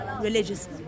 religious